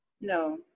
No